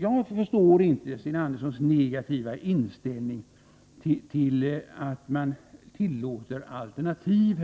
Jag förstår inte Sten Anderssons negativa inställning till att tillåta alternativ.